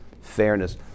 fairness